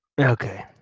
Okay